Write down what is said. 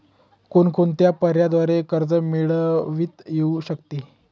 कोणकोणत्या पर्यायांद्वारे कर्ज मिळविता येऊ शकते?